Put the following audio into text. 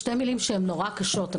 שתי מילים נורא קשות.